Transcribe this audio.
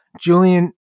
Julian